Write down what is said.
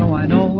i know